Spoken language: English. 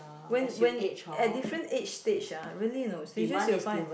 when when at different age stage ah really you know stages you will find